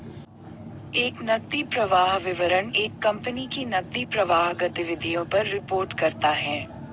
एक नकदी प्रवाह विवरण एक कंपनी की नकदी प्रवाह गतिविधियों पर रिपोर्ट करता हैं